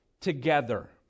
together